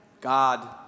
God